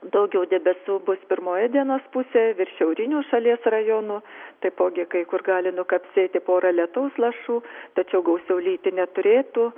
daugiau debesų bus pirmoje dienos pusėje virš šiaurinių šalies rajonų taipogi kai kur gali nukapsėti pora lietaus lašų tačiau gausiau lyti neturėtų